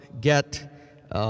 Get